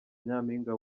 nyampinga